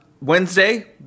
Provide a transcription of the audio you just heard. Wednesday